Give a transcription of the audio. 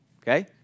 okay